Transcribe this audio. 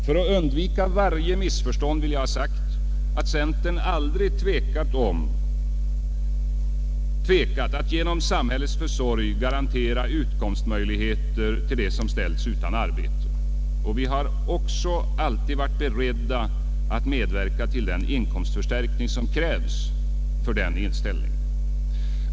För att undvika varje missförstånd vill jag ha sagt att centern aldrig tvekat att genom samhällets försorg garantera dem utkomstmöjligheter som ställts utan arbete. Vi har också alltid varit beredda att medverka till den inkomstförstärkning som krävs för förverkligandet härav.